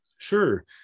Sure